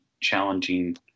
challenging